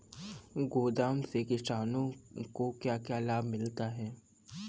गोदाम से किसानों को क्या क्या लाभ मिलता है?